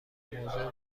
موضوع